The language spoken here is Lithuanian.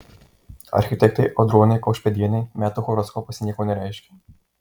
architektei audronei kaušpėdienei metų horoskopas nieko nereiškia